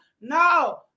no